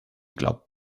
glaubt